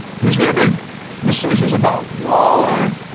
he is going to make decisions about war.